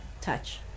touch